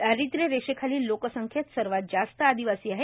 दारिद्रय रेषेखालील लोकसंख्येत सर्वात जास्त आदिवासी आहेत